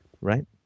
Right